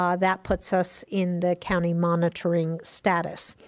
um that puts us in the county monitoring status.